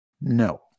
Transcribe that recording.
No